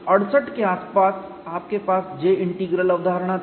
68 के आसपास आपके पास J इंटीग्रल अवधारणा थी